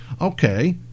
okay